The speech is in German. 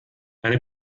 eine